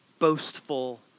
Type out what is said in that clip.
boastful